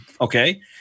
Okay